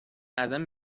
ازم